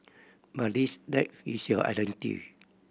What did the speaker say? but this that is your identity